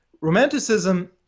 romanticism